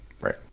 right